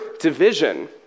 division